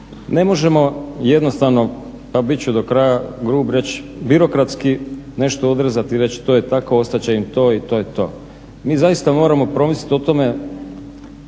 ne možemo jednostavno pa bit ću do kraja grub reći birokratski nešto odrezati i reći to je tako ostat će im to i to je to. Mi zaista moramo promisliti o tome